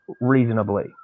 reasonably